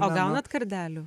o gaunate kardelių